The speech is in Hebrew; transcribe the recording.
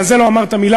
ועל זה לא אמרת מילה,